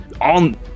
on